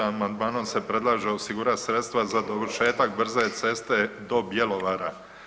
Amandmanom se predlaže osigurati sredstva za dovršetak brze ceste do Bjelovara.